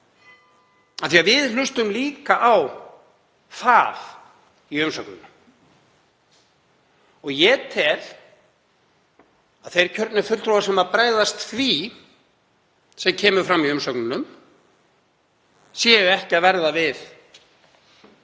verði. Við hlustuðum líka á það í umsögnunum. Ég tel að þeir kjörnu fulltrúar sem bregðast því sem kemur fram í umsögnunum séu ekki að verða við